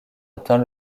atteint